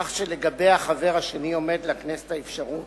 כך שלגבי החבר השני עומדת לכנסת האפשרות